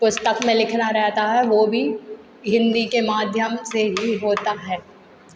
पुस्तक में लिखना रहता है वो भी हिंदी के माध्यम से ही होता है